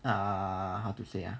ah how to say ah